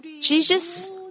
Jesus